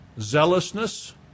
zealousness